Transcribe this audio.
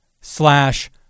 slash